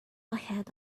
ahead